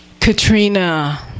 Katrina